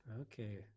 Okay